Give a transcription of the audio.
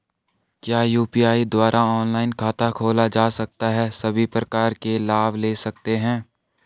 क्या यु.पी.आई द्वारा ऑनलाइन खाता खोला जा सकता है सभी प्रकार के लाभ ले सकते हैं?